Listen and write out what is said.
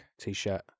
t-shirt